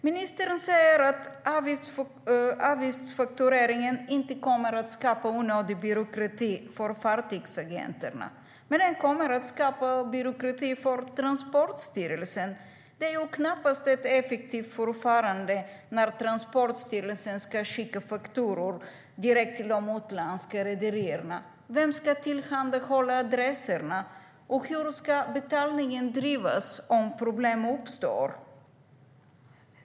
Ministern säger att avgiftsfaktureringen inte kommer att skapa onödig byråkrati för fartygsagenterna. Men den kommer att skapa byråkrati för Transportstyrelsen. Det är knappast ett effektivt förfarande när Transportstyrelsen ska skicka fakturor direkt till de utländska rederierna. Vem ska tillhandahålla adresserna, och hur ska betalningen drivas in om problem uppstår?